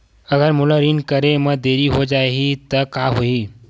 अगर मोला ऋण करे म देरी हो जाहि त का होही?